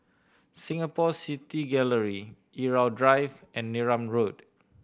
Singapore City Gallery Irau Drive and Neram Road